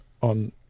on